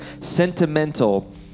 sentimental